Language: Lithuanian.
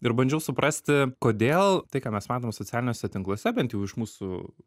ir bandžiau suprasti kodėl tai ką mes matom socialiniuose tinkluose bent jau iš mūsų